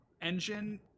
engine